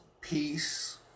peace